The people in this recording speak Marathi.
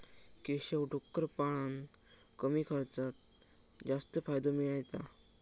केशव डुक्कर पाळान कमी खर्चात जास्त फायदो मिळयता